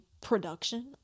production